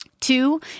Two